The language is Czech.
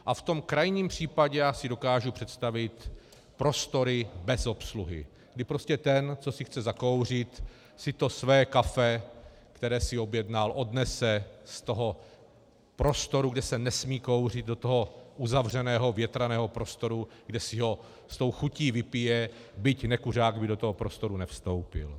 V tom krajním případě si dokážu představit prostory bez obsluhy, kdy prostě ten, kdo si chce zakouřit, si to své kafe, které si objednal, odnese z prostoru, kde se nesmí kouřit, do toho uzavřeného větraného prostoru, kde si je s chutí vypije, byť nekuřák by do toho prostoru nevstoupil.